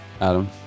Adam